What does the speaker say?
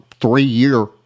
three-year